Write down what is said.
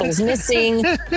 missing